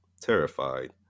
terrified